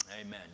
amen